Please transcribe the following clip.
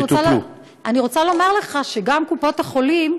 אני רוצה לומר לך שגם קופות החולים,